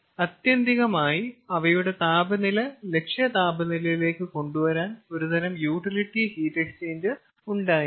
ആത്യന്തികമായി അവയുടെ താപനില ലക്ഷ്യ താപനിലയിലേക്ക് കൊണ്ടുവരാൻ ഒരുതരം യൂട്ടിലിറ്റി ഹീറ്റ് എക്സ്ചേഞ്ചർ ഉണ്ടായിരിക്കണം